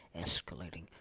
escalating